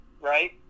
right